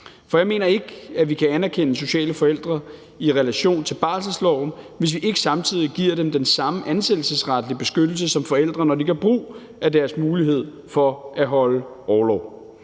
For jeg mener ikke, at vi kan anerkende sociale forældre i relation til barselsloven, hvis vi ikke samtidig giver dem den samme ansættelsesretlige beskyttelse som forældre, når de gør brug af deres mulighed for at holde orlov.